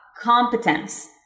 competence